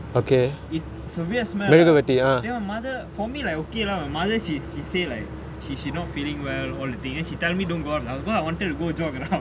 is a weird smell lah then my mother like she say she not feeling well all the thing she tell me don't go out lah because I wanted to go jog around